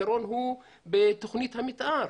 הפתרון הוא בתוכנית המתאר.